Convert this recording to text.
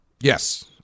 Yes